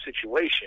situation